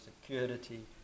security